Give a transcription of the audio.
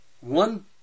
one